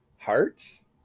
hearts